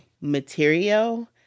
material